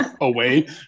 away